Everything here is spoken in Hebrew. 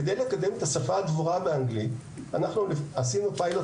כדי לקדם את השפה הדבורה באנגלית עשינו פיילוט